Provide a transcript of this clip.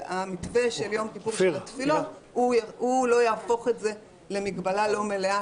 המתווה של יום כיפור והתפילות לא יהפוך את זה למגבלה לא מלאה,